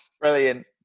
Brilliant